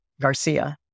Garcia